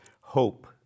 hope